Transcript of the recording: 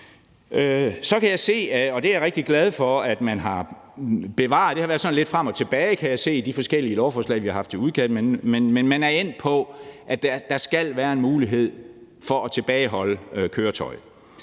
Så kan jeg se, og det er jeg rigtig glad for, at man har bevaret – det har været sådan lidt frem og tilbage, kan jeg se af de forskellige lovforslag, vi har haft i udkast – at der skal være en mulighed for at tilbageholde køretøjer.